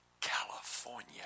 California